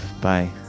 bye